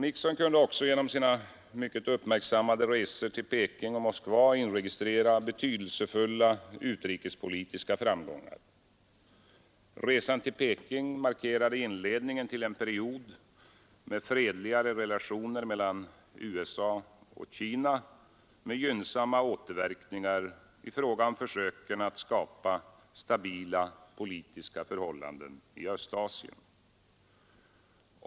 Nixon kunde också genom sina mycket uppmärksammade resor till Peking och Moskva inregistrera betydelsefulla utrikespolitiska framgångar. Resan till Peking markerade inledningen till en period med fredligare relationer mellan USA och Kina med gynnsamma återverkningar i fråga om försöken att skapa stabila politiska förhållanden i Östasien.